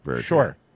Sure